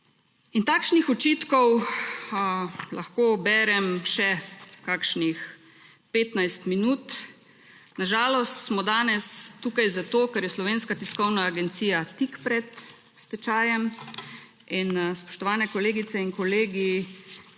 takšnih očitkov lahko berem še kakšnih 15 minut. Na žalost smo danes tukaj zato, ker je Slovenska tiskovna agencija tik pred stečajem. In spoštovane kolegice in kolegi,